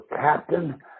captain